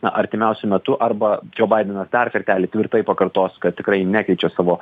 na artimiausiu metu arba džo baidenas dar kartelį tvirtai pakartos kad tikrai nekeičia savo